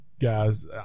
guys